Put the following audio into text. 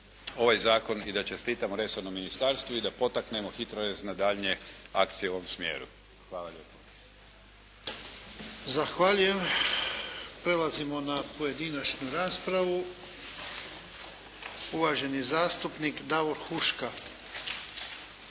ovaj Zakon i da čestitamo resornom ministarstvu i da potaknemo HITRORez na daljnje akcije u ovom smijeru. Hvala lijepo. **Jarnjak, Ivan (HDZ)** Zahvaljujem. Prelazimo na pojedinačnu raspravu. Uvaženi zastupnik Davor Huška.